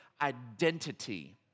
identity